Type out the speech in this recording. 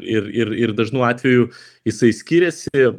ir ir ir dažnu atveju jisai skiriasi